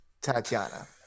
Tatiana